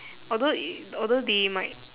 although i~ although they might